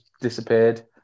disappeared